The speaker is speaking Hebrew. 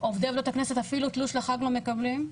היועצים הפרלמנטריים אפילו תלוש לחג לא מקבלים.